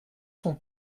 son